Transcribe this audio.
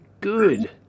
good